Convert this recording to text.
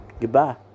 Goodbye